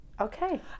Okay